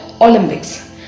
Olympics